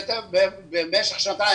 מה קרה במשך שנתיים?